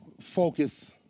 focus